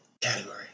category